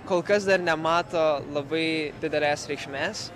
kol kas dar nemato labai didelės reikšmės